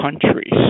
countries